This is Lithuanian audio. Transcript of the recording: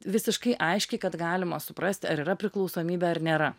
visiškai aiškiai kad galima suprast ar yra priklausomybė ar nėra